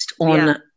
on